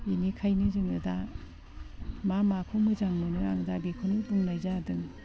बेनिखायनो जोङो दा मा माखौ मोजां मोनो आं दा बेखौनो बुंनाय जादों